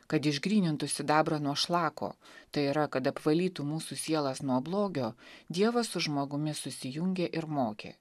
kad išgrynintų sidabrą nuo šlako tai yra kad apvalytų mūsų sielas nuo blogio dievas su žmogumi susijungė ir mokė